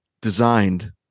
designed